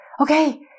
okay